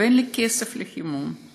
ואין לי כסף לחימום.